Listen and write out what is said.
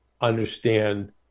understand